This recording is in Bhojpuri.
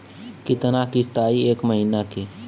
कितना किस्त आई एक महीना के?